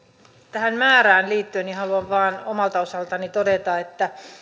tähän määrään liittyen haluan vain omalta osaltani todeta että